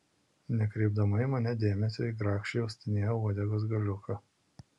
nekreipdama į mane dėmesio ji grakščiai uostinėjo uodegos galiuką